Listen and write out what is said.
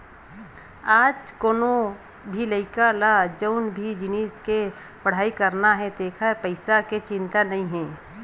आज कोनो भी लइका ल जउन भी जिनिस के पड़हई करना हे तेखर पइसा के चिंता नइ हे